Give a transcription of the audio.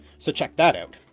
so check that out!